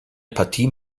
partie